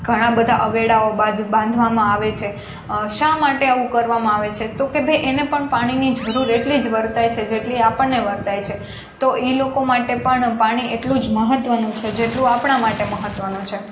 ઘણાં બધાં અવેડાઓ બાંધવામાં આવે છે શા માટે આવું કરવામાં આવે છે તોકે ભઈ એને પણ પાણીની જરૂર એટલી જ વર્તાય છે જેટલી આપણને વર્તાય છે તો ઈ લોકો માટે પણ પાણી એટલું જ મહત્વનું છે જેટલું આપણાં માટે મહત્વનું છે